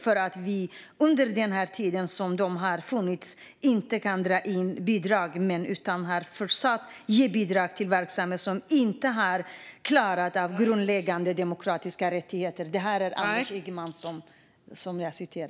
- För att de ju under den tid som de har funnits inte har dragit in bidrag, eller har fortsatt ge bidrag till verksamheter som inte har klarat grundläggande demokratikriterier."